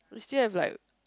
still have like